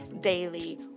daily